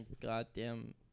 goddamn